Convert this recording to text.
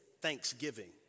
thanksgiving